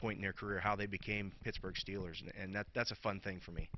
point in their career how they became pittsburgh steelers and that that's a fun thing for me